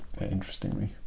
interestingly